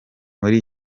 muri